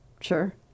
sure